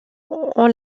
ont